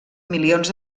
milions